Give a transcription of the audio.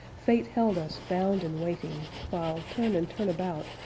fate held us bound and waiting, while, turn and turn about,